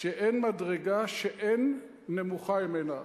שאין מדרגה שאין נמוכה ממנה,